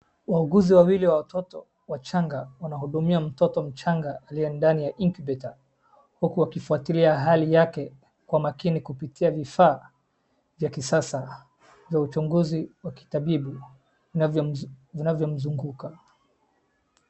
Wauguzi wawili wa mtoto mchanga wanamhudumia mtoto mchanga aliye ndani ya incubator huku wakifuatilia hali yake kwa makini kupitia vifaa vya kisasa vya uchunguzi wa kitabibu vinavyomzunguka.